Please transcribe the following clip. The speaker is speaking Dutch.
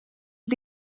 het